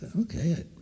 okay